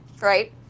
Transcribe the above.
right